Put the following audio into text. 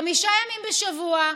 חמישה ימים בשבוע,